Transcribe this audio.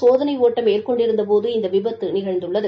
சோதனை ஒட்டம் மேற்கொண்டிருந்த போது இந்த விபத்து நிகழ்ந்தது